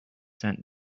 sent